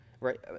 right